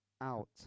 out